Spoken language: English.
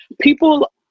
people